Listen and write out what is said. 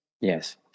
yes